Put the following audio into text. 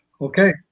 Okay